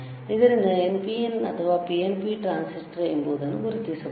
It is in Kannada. ಇದರಿಂದ NPN ಅಥವಾ PNP ಟ್ರಾನ್ಸಿಸ್ಟರ್ ಎಂಬುದನ್ನು ನಾವು ಗುರುತಿಸಬಹುದು